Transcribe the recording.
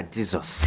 Jesus